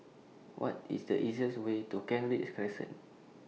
What IS The easiest Way to Kent Ridge Crescent